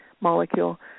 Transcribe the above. molecule